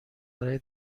برای